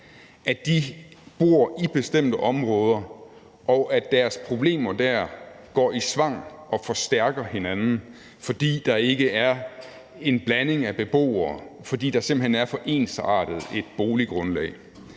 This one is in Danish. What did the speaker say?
bor i bestemte områder, og at deres problemer der går i svang og forstærker hinanden, fordi der ikke er en blandet beboersammensætning, fordi der simpelt hen er for ensartet et boliggrundlag.